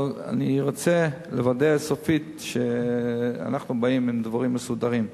אבל אני רוצה לוודא סופית שאנחנו באים עם דברים מסודרים.